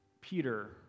peter